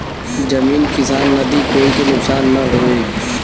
जमीन किसान नदी कोई के नुकसान न होये